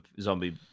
zombie